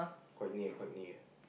quite near quite near